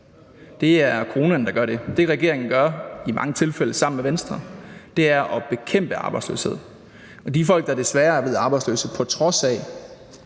det er coronaen, der gør det. Det, regeringen gør – i mange tilfælde sammen med Venstre – er at bekæmpe arbejdsløshed. Og de folk, der desværre er blevet arbejdsløse, på trods af